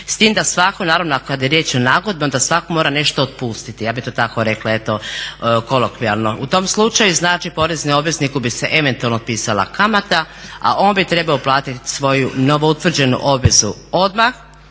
S tim ako je riječ o nagodbi onda svako mora nešto otpustiti ja bi to tako rekla kolokvijalno. U tom slučaju poreznom obvezniku se eventualno otpisala kamata, a on bi trebao uplatiti svoju novoutvrđenu obvezu odmah